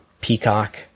Peacock